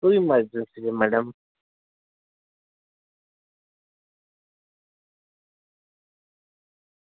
શું ઇમરજન્સી છે મેડમ